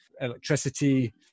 electricity